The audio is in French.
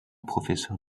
professeur